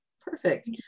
Perfect